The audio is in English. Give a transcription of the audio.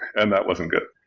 and that wasn't good.